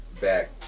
back